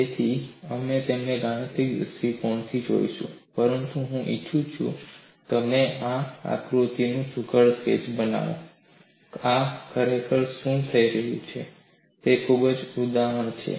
તેથી અમે તેને ગાણિતિક દૃષ્ટિકોણથી જોઈશું પરંતુ હું ઈચ્છું છું કે તમે આ આકૃતિનું સુઘડ સ્કેચ બનાવો આ ખરેખર શું થઈ રહ્યું છે તેનું ખૂબ જ ઉદાહરણ છે